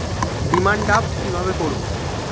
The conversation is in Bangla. ডিমান ড্রাফ্ট কীভাবে করব?